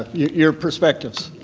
ah your perspectives?